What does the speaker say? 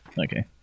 okay